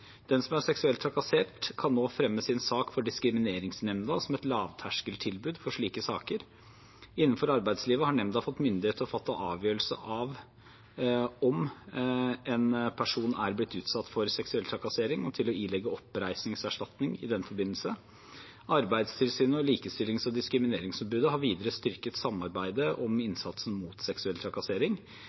Den som er seksuelt trakassert, kan nå fremme sin sak for Diskrimineringsnemnda, som er et lavterskeltilbud for slike saker. Innenfor arbeidslivet har nemnda fått myndighet til å fatte avgjørelse av om hvorvidt en person er blitt utsatt for seksuell trakassering, og til å ilegge oppreisningserstatning i den forbindelse. Arbeidstilsynet og Likestillings- og diskrimineringsombudet har videre styrket samarbeidet om innsatsen mot seksuell trakassering.